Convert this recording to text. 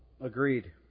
Agreed